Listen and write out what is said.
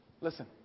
listen